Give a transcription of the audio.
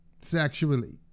sexually